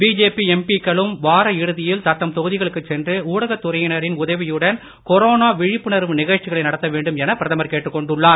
BJP எம்பிக்களும் வார இறுதியில் தத்தம் தொகுதிகளுக்குச் சென்று ஊடகத்துறையினரின் உதவியுடன் கொரோனா விழிப்புணர்வு நிகழ்ச்சிகளை நடத்த வேண்டும் என பிரதமர் கேட்டுக்கொண்டுள்ளார்